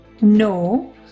No